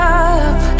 up